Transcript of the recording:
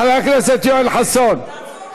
חבר הכנסת יואל חסון, בואו נעצור.